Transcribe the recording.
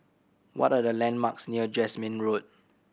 what are the landmarks near Jasmine Road